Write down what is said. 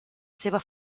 seva